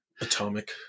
atomic